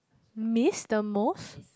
miss the most